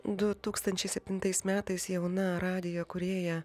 du tūkstančiai septintais metais jauna radijo kūrėja